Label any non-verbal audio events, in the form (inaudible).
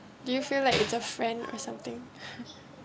do you feel like it's a friend or something (laughs)